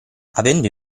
avendo